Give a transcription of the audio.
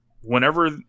whenever